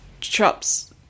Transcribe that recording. chops